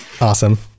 Awesome